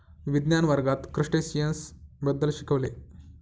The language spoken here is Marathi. विज्ञान वर्गात क्रस्टेशियन्स बद्दल शिकविले